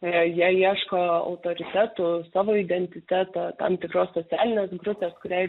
jie ieško autoritetų savo identitetą tam tikros socialinės grupės kuriai